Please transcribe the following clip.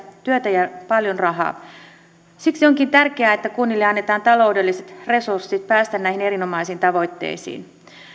työtä ja paljon rahaa siksi onkin tärkeää että kunnille annetaan taloudelliset resurssit päästä näihin erinomaisiin tavoitteisiin